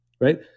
Right